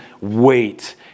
wait